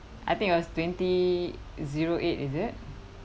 I think that was twenty zero eight is it